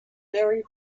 very